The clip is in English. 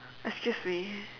excuse me